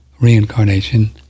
reincarnation